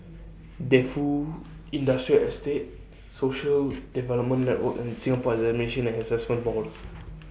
Defu Industrial Estate Social Development Network and Singapore Examinations and Assessment Board